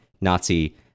Nazi